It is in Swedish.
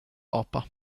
apa